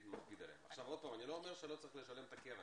אני לא אומר שלא צריך לשלם את הקרן,